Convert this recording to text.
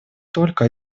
только